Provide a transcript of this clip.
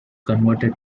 converted